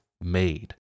made